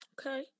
Okay